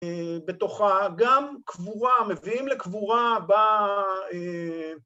בתוכה גם קבורה, מביאים לקבורה ב...